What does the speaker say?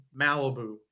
Malibu